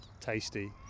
tasty